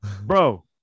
bro